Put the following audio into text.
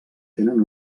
tenen